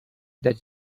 the